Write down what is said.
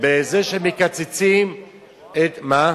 בזה שמקצצים אתם, מה?